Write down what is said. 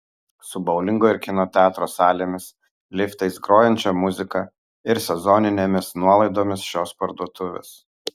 su boulingo ir kino teatro salėmis liftais grojančia muzika ir sezoninėmis nuolaidomis šios parduotuvės